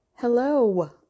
hello